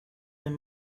and